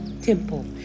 temple